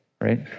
right